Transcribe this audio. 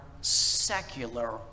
secular